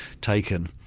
taken